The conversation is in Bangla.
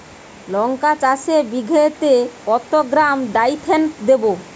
লঙ্কা চাষে বিঘাতে কত গ্রাম ডাইথেন দেবো?